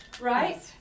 Right